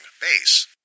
Base